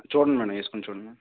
చూడండి మ్యాడం వేసుకోని చూడండి